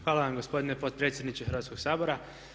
Hvala vam gospodine potpredsjedniče Hrvatskog sabora.